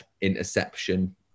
interception